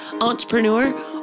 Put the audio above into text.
Entrepreneur